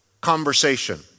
conversation